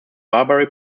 barbary